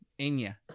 Enya